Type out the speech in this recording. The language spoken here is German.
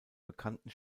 bekannten